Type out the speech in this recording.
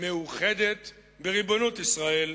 מאוחדת בריבונות ישראל,